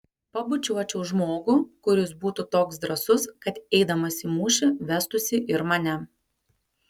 pabučiuočiau žmogų kuris būtų toks drąsus kad eidamas į mūšį vestųsi ir mane